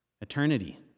Eternity